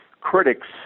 Critics